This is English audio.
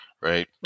right